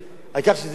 העיקר שזה יהיה מסודר,